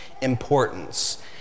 importance